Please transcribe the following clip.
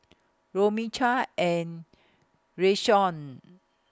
Romie Chaz and Rayshawn